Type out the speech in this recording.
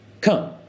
Come